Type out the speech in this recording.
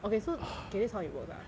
okay so K this is how it works ah